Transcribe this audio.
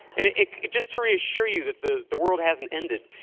and ah just to reassure you that the the world hasn't ended.